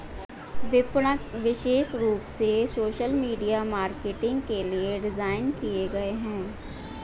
विपणक विशेष रूप से सोशल मीडिया मार्केटिंग के लिए डिज़ाइन किए गए है